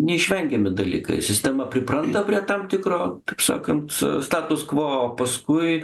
neišvengiami dalykai sistema pripranta prie tam tikro taip sakant status quo o paskui